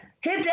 hit